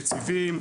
מוסדות יציבים,